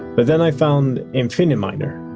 but then i found infiniminer.